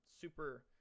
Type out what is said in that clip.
super